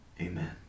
amen